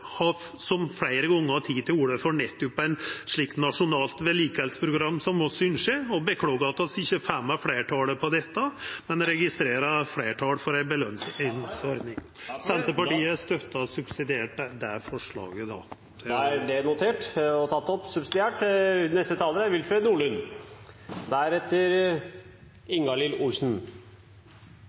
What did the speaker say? KS, som fleire gongar har teke til orde for nettopp eit slikt nasjonalt vedlikehaldsprogram som vi ynskjer, og beklagar at vi ikkje får med fleirtalet på dette, men registrerar eit fleirtal for ei belønningsordning. Senterpartiet støttar subsidiært forslaget til vedtak. Presidenten kommer til å praktisere taletiden heretter. Det